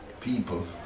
people